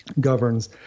governs